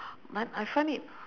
but I find it